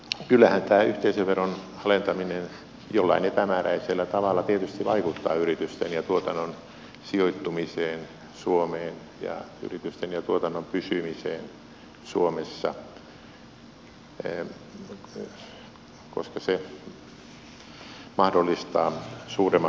kyllähän tämä yhteisöveron alentaminen jollain epämääräisellä tavalla tietysti vaikuttaa yritysten ja tuotannon sijoittumiseen suomeen ja yritysten ja tuotannon pysymiseen suomessa koska se mahdollistaa suuremman voitonjaon